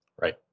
Right